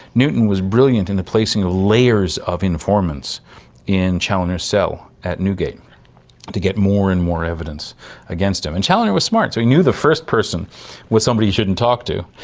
newton was brilliant in the placing of layers of informants in chaloner's cell atnewgate to get more and more evidence against him. and chaloner was smart, so he knew the first person was somebody he shouldn't talk to,